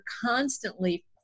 constantly